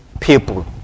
people